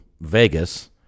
Vegas